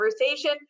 conversation